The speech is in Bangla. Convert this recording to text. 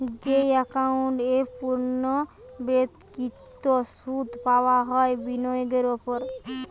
যেই একাউন্ট এ পূর্ণ্যাবৃত্তকৃত সুধ পাবা হয় বিনিয়োগের ওপর